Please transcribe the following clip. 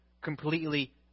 completely